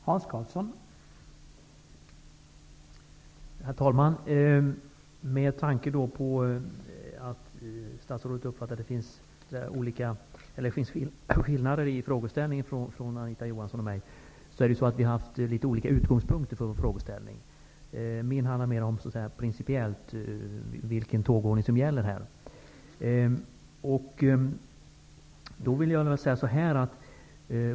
Herr talman! Med tanke på att statsrådet uppfattade att det finns skillnader i Anita Johanssons och min frågeställning vill jag säga att vi har frågat utifrån olika utgångspunkter. Min fråga handlar mer om vilken tågordning som gäller principiellt.